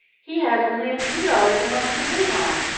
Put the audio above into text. he has only a few dollars a month to live on.